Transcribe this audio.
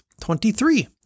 Twenty-three